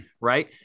right